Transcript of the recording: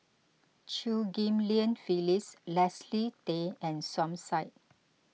Chew Ghim Lian Phyllis Leslie Tay and Som Said